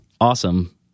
awesome